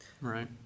Right